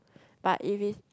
but if it's